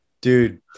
dude